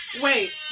Wait